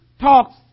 talks